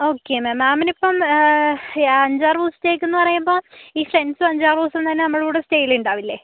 okay ma'am മാമിനിപ്പം യാ അഞ്ചാറ് ദിവസത്തേക്ക് എന്ന് പറയുമ്പോൾ ഈ ഫ്രണ്ട്സും അഞ്ചാറ് ദിവസം തന്നെ നമ്മുടെ കൂടെ സ്റ്റേയില് ഉണ്ടാവില്ലെ